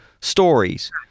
stories